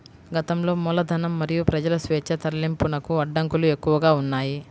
గతంలో మూలధనం మరియు ప్రజల స్వేచ్ఛా తరలింపునకు అడ్డంకులు ఎక్కువగా ఉన్నాయి